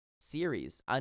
series